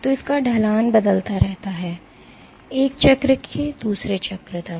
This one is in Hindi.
तो इसका ढलान बदलता रहता है एक चक्र से दूसरे चक्र तक